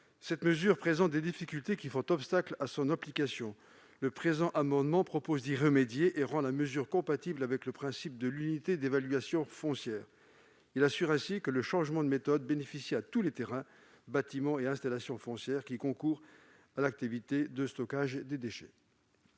l'article 42 présente des difficultés qui feront obstacle à son application. Cet amendement vise à y remédier et à rendre le dispositif compatible avec le principe de l'unité d'évaluation foncière. Son adoption garantirait que le changement de méthode bénéficiera à tous les terrains, bâtiments et installations foncières concourant à l'activité de stockage des déchets.